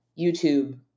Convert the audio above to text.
YouTube